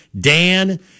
Dan